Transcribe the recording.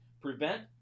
Prevent